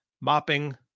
mopping